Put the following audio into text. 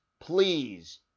please